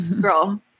girl